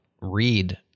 read